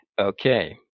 Okay